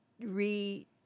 re